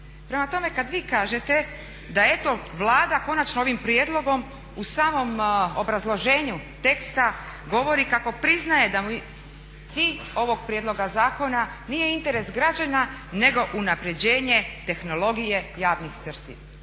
Prema tome, kad vi kažete da eto Vlada konačno ovim prijedlogom u samom obrazloženju teksta govori kako priznaje da cilj ovog prijedloga zakona nije interes građana, nego unapređenje tehnologije javnih servisa.